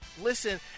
listen